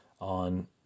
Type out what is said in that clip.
on